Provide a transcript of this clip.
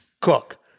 cook